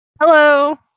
Hello